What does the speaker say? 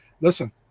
listen